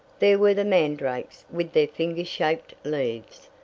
there were the mandrakes with their finger-shaped leaves.